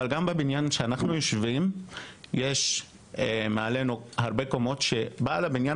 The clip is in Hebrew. אבל יש מעלינו שתי קומות שבעל הבניין,